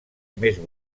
més